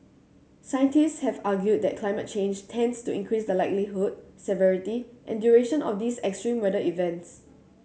scientists have argued that climate change tends to increase the likelihood severity and duration of these extreme weather events